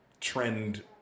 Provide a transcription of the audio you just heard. trend